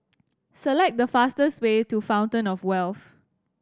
select the fastest way to Fountain Of Wealth